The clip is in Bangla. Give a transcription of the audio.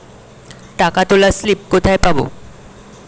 টাকা তোলার স্লিপ কোথায় পাব?